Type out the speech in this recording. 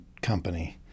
company